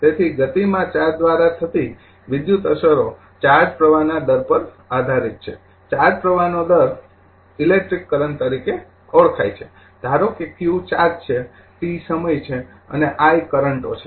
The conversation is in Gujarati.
તેથી ગતિમાં ચાર્જ દ્વારા થતી ઇલેક્ટ્રિકલ અસરો ચાર્જ પ્રવાહના દર પર આધારીત છે ચાર્જ પ્રવાહનો દર ઇલેક્ટ્રિક કરંટ તરીકે ઓળખાય છે ધારો જો q ચાર્જ છે t સમય છે અને i કરંટો છે